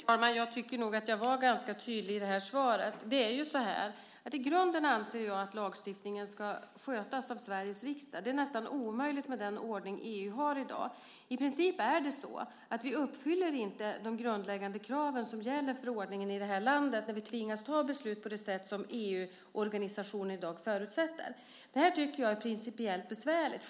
Herr talman! Jag tycker nog att jag var ganska tydlig i det här svaret. I grunden anser jag att lagstiftningen ska skötas av Sveriges riksdag. Det är nästan omöjligt med den ordning som EU har i dag. I princip uppfyller vi inte de grundläggande kraven, som gäller för ordningen i det här landet, när vi tvingas ta beslut på det sätt som EU-organisationen i dag förutsätter. Det här tycker jag är principiellt besvärligt.